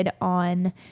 on